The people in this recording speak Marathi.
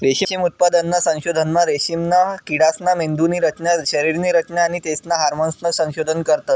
रेशीम उत्पादनना संशोधनमा रेशीमना किडासना मेंदुनी रचना, शरीरनी रचना आणि तेसना हार्मोन्सनं संशोधन करतस